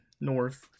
North